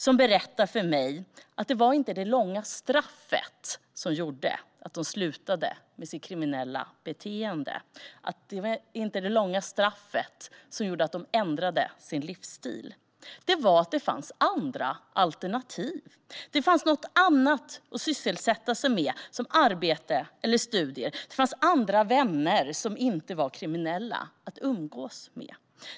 De berättar för mig att det inte var det långa straffet som gjorde att de slutade med sitt kriminella beteende och ändrade sin livsstil - det var att det fanns andra alternativ. Det fanns något annat att sysselsätta sig med, som arbete eller studier. Det fanns andra vänner, som inte var kriminella, att umgås med.